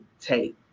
take